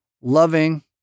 loving